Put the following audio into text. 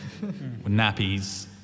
nappies